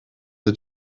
the